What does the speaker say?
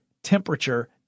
temperature